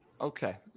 Okay